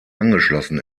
angeschlossen